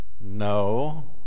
no